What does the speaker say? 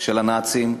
של הנאצים,